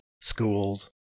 schools